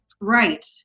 Right